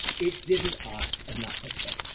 it didn't ask enough of them.